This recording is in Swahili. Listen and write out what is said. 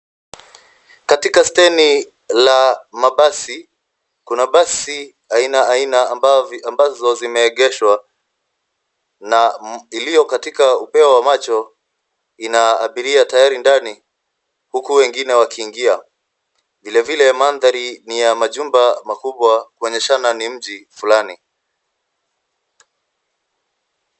Katika stendi la mabasi, kuna basi aina aina ambazo zimeegeshwa na iliyo katika upeo wa macho ina abiria tayari ndani huku wengine wakiingia. Vile vile mandhari ni ya majumba makubwa kuonyeshana ni mji fulani.